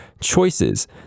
choices